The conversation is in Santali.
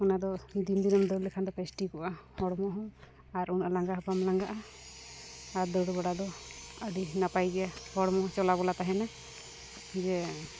ᱚᱱᱟᱫᱚ ᱫᱤᱱ ᱫᱤᱱᱮᱢ ᱫᱟᱹᱲ ᱞᱮᱠᱷᱟᱱ ᱫᱚ ᱯᱮᱥᱴᱤᱠᱚᱜᱼᱟ ᱦᱚᱲᱢᱚ ᱦᱚᱸ ᱟᱨ ᱩᱱᱟᱹᱜ ᱞᱟᱸᱜᱟᱦᱚᱸ ᱵᱟᱢ ᱞᱟᱸᱜᱟᱜᱼᱟ ᱟᱨ ᱫᱟᱹᱲ ᱵᱟᱲᱟ ᱫᱚ ᱟᱹᱰᱤ ᱱᱟᱯᱟᱭᱜᱮ ᱦᱚᱲᱢᱚ ᱪᱚᱞᱟᱵᱚᱞᱟ ᱛᱟᱦᱮᱱᱟ ᱡᱮ